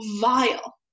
vile